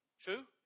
True